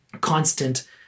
constant